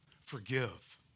forgive